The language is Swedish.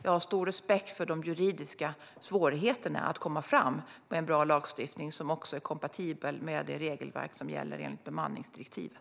Jag har stor respekt för de juridiska svårigheterna när det gäller att komma fram med en bra lagstiftning som också är kompatibel med det regelverk som gäller enligt bemanningsdirektivet.